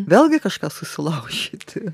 vėlgi kažką susilaužyti